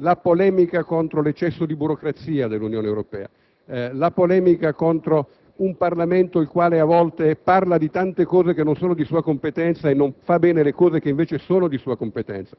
La polemica contro l'eccesso di burocrazia dell'Unione Europea, la polemica contro un Parlamento che a volte parla di tante cose che non sono di sua competenza e non fa bene le cose che invece sono di sua competenza,